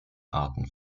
arten